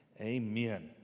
Amen